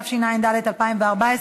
התשע"ד 2004,